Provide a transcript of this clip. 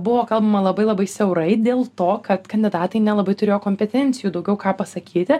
buvo kalbama labai labai siaurai dėl to kad kandidatai nelabai turėjo kompetencijų daugiau ką pasakyti